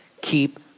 Keep